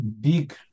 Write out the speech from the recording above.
big